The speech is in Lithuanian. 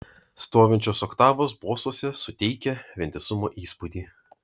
stovinčios oktavos bosuose suteikia vientisumo įspūdį